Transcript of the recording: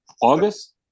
August